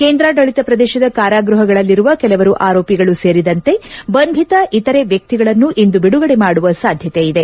ಕೇಂದ್ರಾಡಳಿತ ಪ್ರದೇಶದ ಕಾರಾಗೃಹಗಳಲ್ಲಿರುವ ಕೆಲವರು ಆರೋಪಿಗಳು ಸೇರಿದಂತೆ ಬಂಧಿತ ಇತರೆ ವ್ಯಕ್ತಿಗಳನ್ನು ಇಂದು ಬಿಡುಗಡೆ ಮಾಡುವ ಸಾಧ್ಯತೆಯಿದೆ